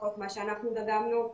לפחות מה שאנחנו דגמנו,